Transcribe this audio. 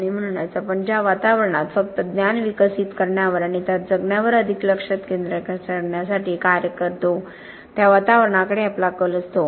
आणि म्हणूनच आपण ज्या वातावरणात फक्त ज्ञान विकसित करण्यावर आणि त्यात जगण्यावर अधिक लक्ष केंद्रित करण्यासाठी कार्य करतो त्या वातावरणाकडे आपला कल असतो